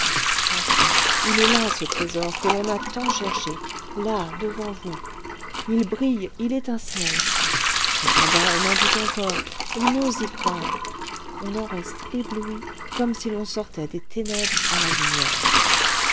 enfin il est là ce trésor que l'on a tant cherché là devant vous il brille il étincelle cependant on en doute encore on n'ose y croire on en reste ébloui comme si l'on sortait des ténèbres à la lumière